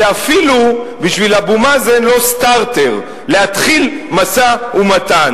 זה בשביל אבו מאזן אפילו לא סטרטר להתחיל משא-ומתן.